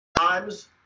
Times